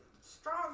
strong